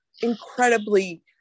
incredibly